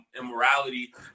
immorality